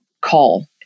call